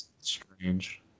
strange